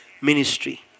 ministry